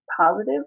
positive